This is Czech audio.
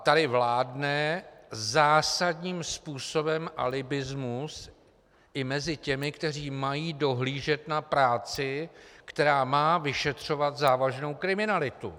Tady vládne zásadním způsobem alibismus i mezi těmi, kteří mají dohlížet na práci, která má vyšetřovat závažnou kriminalitu.